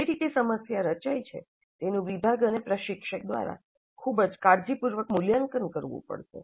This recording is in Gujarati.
તેથી જે રીતે સમસ્યા રચાય છે તેનું વિભાગ અને પ્રશિક્ષક દ્વારા ખૂબ કાળજીપૂર્વક મૂલ્યાંકન કરવું પડશે